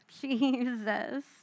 Jesus